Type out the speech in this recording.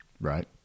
Right